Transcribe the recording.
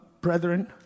brethren